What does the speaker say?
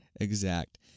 exact